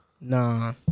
Nah